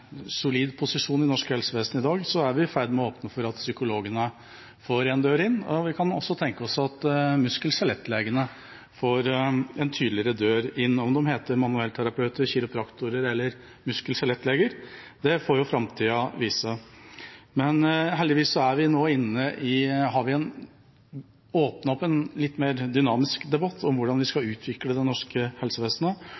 solid posisjon i norsk helsevesen i dag, er vi i ferd med å åpne for at psykologene får en dør inn, og vi kan også tenke oss at muskel- og skjelettlegene får en tydeligere dør inn. Om de heter manuellterapeuter, kiropraktorer eller muskel- og skjelettleger, får framtida vise. Heldigvis har vi nå åpnet opp for en litt mer dynamisk debatt om hvordan vi skal utvikle det norske helsevesenet,